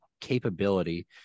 capability